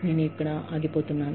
నేను ఇక్కడ ఆగిపోతున్నాను